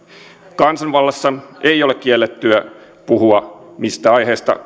kansanvallassa ei ole kiellettyä puhua mistä aiheesta